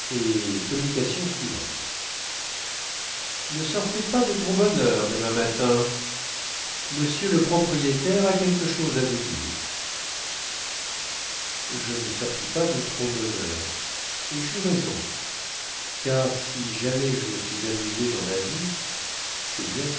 communication suivante ne sortez pas de trop bonne heure demain matin monsieur le propriétaire a quelque chose à vous dire je ne sortis pas de trop bonne heure et jeus raison car si jamais je me suis amusé dans ma vie cest bien